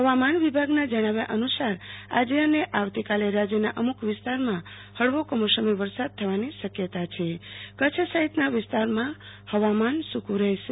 હવામાન વિભાગના જણાવ્યા અનુસાર આજે અને આવતીકાલે રાજ્યના અમુક વિસ્તારોમાં હલાવો કમોસમી વરસાદ થવાની શક્યતા છે પરંતુ કચ્છ સહિતના વિસ્તારોમાં હવામાન સુકું રહેશે